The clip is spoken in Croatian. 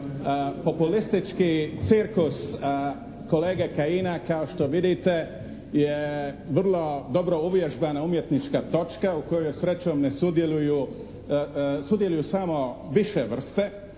populistički cirkus kolege Kajina kao što vidite je vrlo dobro uvježbana umjetnička točka u kojoj srećom ne sudjeluju, sudjeluju samo više vrste.